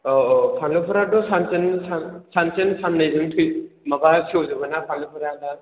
औ औ फानलुफोराथ' सानसेनो साननैजोंनो थै माबा सेवजोबो ना फानलुफोरा दा